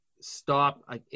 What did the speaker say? stop